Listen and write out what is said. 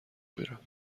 میرم